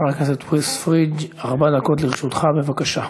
הכנסת עיסאווי פריג', ארבע דקות לרשותך, בבקשה.